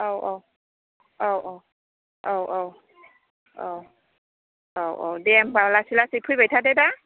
औ औ दे होनबा लासै लासै फैबाय थादोदे दायो